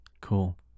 Cool